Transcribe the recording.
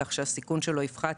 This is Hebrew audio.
כך שהסיכון שלו יפחת,